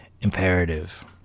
imperative